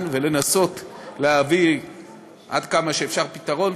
ולנסות להביא עד כמה שאפשר פתרון,